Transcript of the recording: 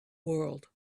world